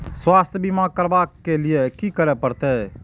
स्वास्थ्य बीमा करबाब के लीये की करै परतै?